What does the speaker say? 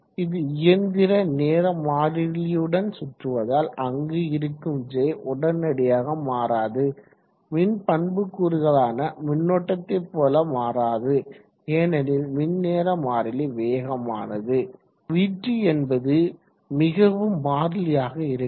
இது இயந்திர நேர மாறிலியுடன் சுற்றுவதால் அங்கு இருக்கும் J உடனடியாக மாறாது மின் பண்புக்கூறுகளான மின்னோட்டத்தை போல மாறாது ஏனெனில் மின் நேர மாறிலி வேகமானது vt என்பது மிகவும் மாறிலியாக இருக்கும்